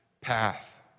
path